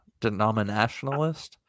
Denominationalist